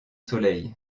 soleil